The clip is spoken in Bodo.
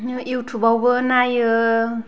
इउटुबावबो नायो